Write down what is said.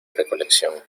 recolección